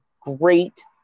great